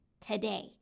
today